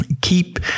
Keep